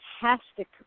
fantastic